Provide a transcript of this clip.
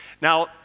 Now